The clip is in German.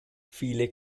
viele